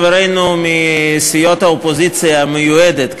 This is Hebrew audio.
חברינו מסיעות האופוזיציה המיועדת,